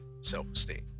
self-esteem